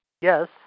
Yes